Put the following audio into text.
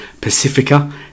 Pacifica